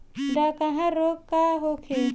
डकहा रोग का होखे?